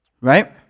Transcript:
Right